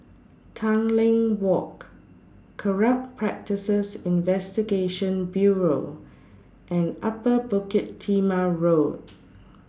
Tanglin Walk Corrupt Practices Investigation Bureau and Upper Bukit Timah Road